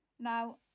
Now